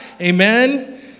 Amen